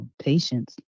patience